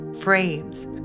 frames